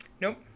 Nope